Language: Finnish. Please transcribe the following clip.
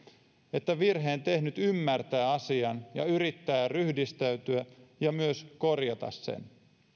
että virheen tehnyt ymmärtää asian ja yrittää ryhdistäytyä ja myös korjata sen